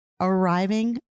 arriving